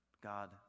God